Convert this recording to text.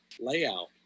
layout